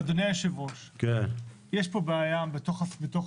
אדוני היושב-ראש, יש פה בעיה בתוך